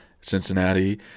Cincinnati